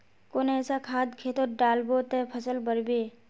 कुन ऐसा खाद खेतोत डालबो ते फसल बढ़बे?